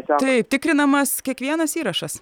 tai tikrinamas kiekvienas įrašas